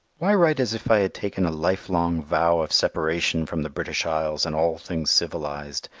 why write as if i had taken a lifelong vow of separation from the british isles and all things civilized,